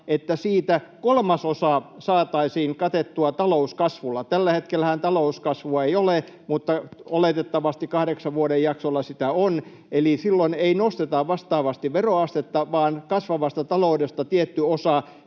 että siitä kolmasosa saataisiin katettua talouskasvulla — tällä hetkellähän talouskasvua ei ole, mutta oletettavasti kahdeksan vuoden jaksolla sitä on, eli silloin ei nosteta vastaavasti veroastetta, vaan kasvavasta taloudesta tietty osa